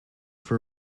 for